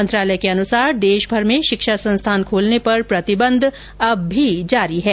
मंत्रालय के अनुसार देशभर में शिक्षा संस्थान खोलने पर प्रतिबंध अब भी जारी है